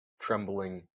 trembling